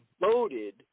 voted